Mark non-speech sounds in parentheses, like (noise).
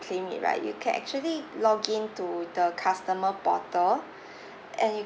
claim it right you can actually log in to the customer portal (breath) and you